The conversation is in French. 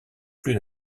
plus